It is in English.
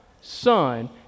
Son